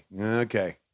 Okay